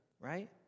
right